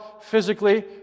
physically